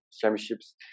championships